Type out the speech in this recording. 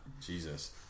Jesus